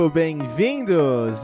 bem-vindos